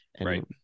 Right